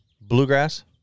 bluegrass